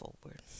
forward